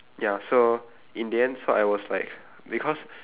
ya so in the end so I was like because